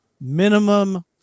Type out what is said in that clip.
minimum